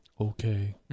Okay